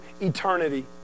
eternity